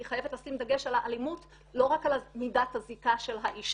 היא חייבת לשים דגש על האלימות לא רק על מידת הזיקה של האשה,